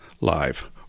live